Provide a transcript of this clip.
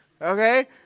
Okay